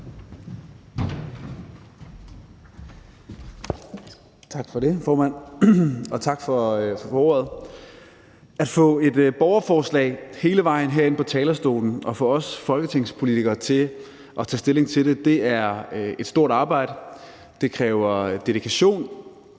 Tak for det, formand, og tak for ordet. At få et borgerforslag hele vejen ind i Folketingssalen og få os folketingspolitikere til at tage stilling til det er et stort arbejde. Det kræver dedikation,